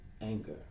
anger